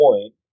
point